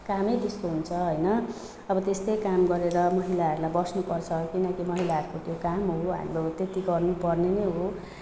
कामै त्यस्तो हुन्छ होइन अब त्यस्तै काम गरेर महिलाहरूलाई बस्नुपर्छ किनकि महिलाहरूको त्यो काम हो हाम्रो त्यति गर्नुपर्ने नै हो